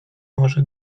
może